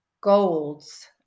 goals